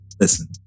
Listen